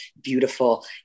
beautiful